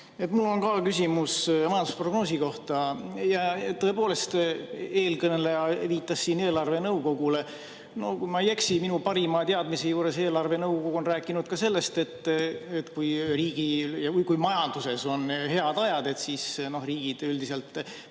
Mul on ka küsimus majandusprognoosi kohta. Tõepoolest, eelkõneleja viitas siin eelarvenõukogule. No kui ma ei eksi, minu parima teadmise kohaselt on eelarvenõukogu rääkinud ka sellest, et kui majanduses on head ajad, siis riigid üldiselt